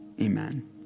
amen